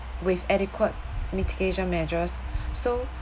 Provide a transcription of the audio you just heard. with adequate mitigation measures so